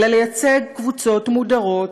אלא לייצג קבוצות מודרות,